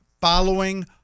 following